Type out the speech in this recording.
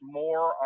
more